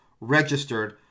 registered